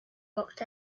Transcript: locked